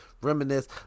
reminisce